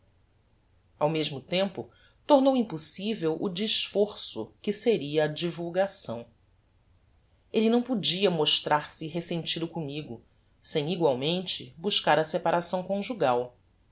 ao mesmo tempo tornou impossivel o desforço que seria a divulgação elle não podia mostrar-se resentido commigo sem egualmente buscar a separação conjugal